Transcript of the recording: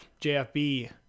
JFB